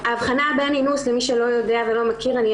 אני איישר קו למי שלא יודע ולא מכיר: